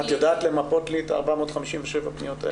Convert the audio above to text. את יודעת למפות לי את ה-457 פניות?